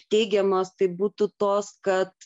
teigiamos tai būtų tos kad